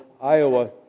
Iowa